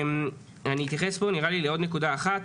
אני אתייחס לעוד נקודה אחת.